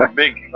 like big